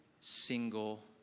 single